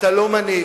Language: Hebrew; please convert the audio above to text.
אתה לא מנהיג.